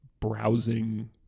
browsing